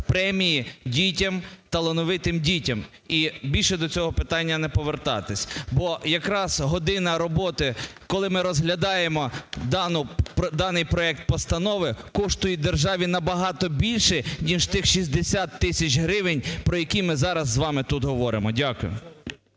премії дітям, талановитим дітям, і більше до цього питання не повертатись. Бо якраз година роботи, коли ми розглядаємо даний проект постанови, коштує державі набагато більше, ніж тих 60 тисяч гривень, про які ми зараз з вами тут говоримо. Дякую.